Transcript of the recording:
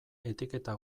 etiketa